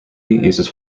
uses